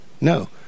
No